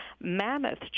mammoth